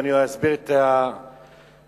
ואני אסביר את הטעמים.